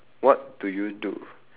what do you do